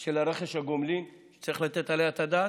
של רכש הגומלין, שצריך לתת עליה את הדעת,